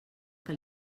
que